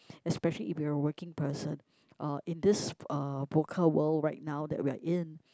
especially if you're working person uh in this uh vocal world right now that we are in